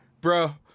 bro